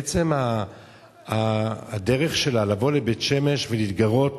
עצם הדרך שלה, לבוא לבית-שמש ולהתגרות